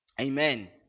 amen